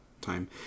time